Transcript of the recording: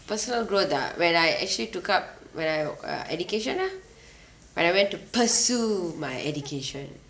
personal growth ah when I actually took up where I uh education nah when I went to pursue my education